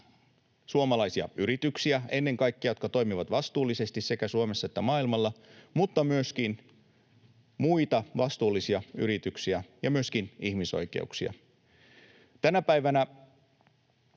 suomalaisia yrityksiä, jotka toimivat vastuullisesti sekä Suomessa että maailmalla, mutta myöskin muita vastuullisia yrityksiä ja myöskin ihmisoikeuksia. Tänä päivänä